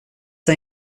det